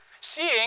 seeing